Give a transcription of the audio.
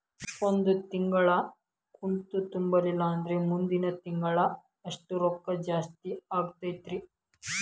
ಒಂದು ತಿಂಗಳಾ ಕಂತು ತುಂಬಲಿಲ್ಲಂದ್ರ ಮುಂದಿನ ತಿಂಗಳಾ ಎಷ್ಟ ರೊಕ್ಕ ಜಾಸ್ತಿ ಆಗತೈತ್ರಿ?